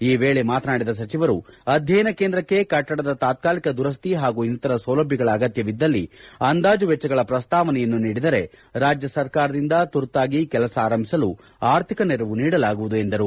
ಈ ವೇಳೆ ಮಾತನಾಡಿದ ಸಚಿವರು ಅಧ್ಯಯನ ಕೇಂದ್ರಕ್ಕೆ ಕಟ್ಟಡದ ತಾತ್ಕಾಲಿಕ ದುರಸ್ತಿ ಹಾಗೂ ಇನ್ನಿತರ ಸೌಲಭ್ಯಗಳ ಅಗತ್ಯವಿದ್ದಲ್ಲಿ ಅಂದಾಜು ವೆಚ್ಚಗಳ ಪ್ರಸ್ತಾವನೆಯನ್ನು ನೀಡಿದರೆ ರಾಜ್ಯ ಸರ್ಕಾರದಿಂದ ತುರ್ತಾಗಿ ಕೆಲಸ ಆರಂಭಿಸಲು ಆರ್ಥಿಕ ನೆರವು ನೀಡಲಾಗುವುದು ಎಂದರು